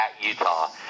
utah